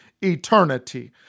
eternity